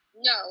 no